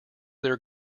their